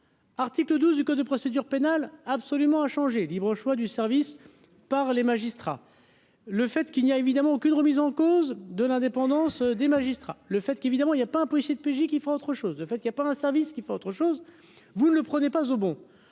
Article 12 du code de procédure pénale absolument inchangée libre choix du service par les magistrats, le fait qu'il n'y a évidemment aucune remise en cause de l'indépendance des magistrats, le fait qu'évidemment il y a pas un policier de PJ qui fera autre chose de fait qu'il y a pas un service qui fait autre chose, vous ne le prenez pas au bon